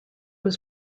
was